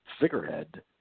figurehead